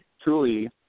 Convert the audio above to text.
truly